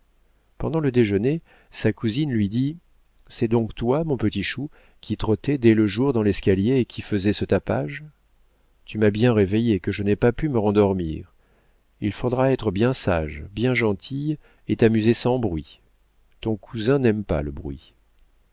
pendant le déjeuner sa cousine lui dit c'est donc toi mon petit chou qui trottais dès le jour dans l'escalier et qui faisais ce tapage tu m'as si bien réveillée que je n'ai pas pu me rendormir il faudra être bien sage bien gentille et t'amuser sans bruit ton cousin n'aime pas le bruit